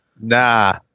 Nah